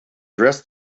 dressed